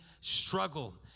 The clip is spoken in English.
struggle